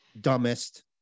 dumbest